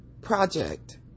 project